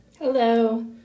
Hello